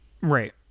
right